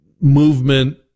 Movement